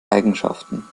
eigenschaften